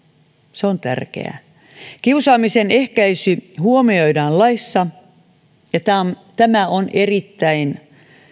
se on tärkeää kiusaamisen ehkäisy huomioidaan laissa ja tämä on erittäin